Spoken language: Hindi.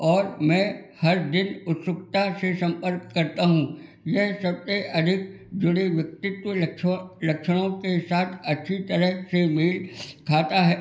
और मैं हर दिन उत्सुकता से संपर्क करता हूँ यह सबसे अधिक जुड़े व्यक्तित्व लक्षणों के साथ अच्छी तरह से मेल खाता है